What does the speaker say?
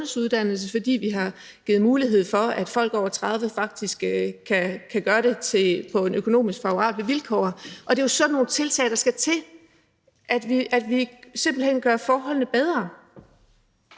fordi vi har givet mulighed for, at folk over 30 år faktisk kan gøre det på økonomisk favorable vilkår. Og det er jo sådan nogle tiltag, der skal til, altså at vi simpelt hen gør forholdene bedre.